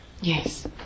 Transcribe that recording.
Yes